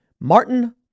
Martin